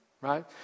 right